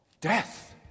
death